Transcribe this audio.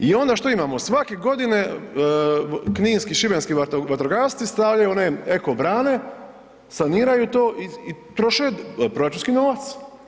I ono što imamo, svake godine kninski i šibenski vatrogasci stavljaju one eko brane, saniraju to i troše proračunski novac.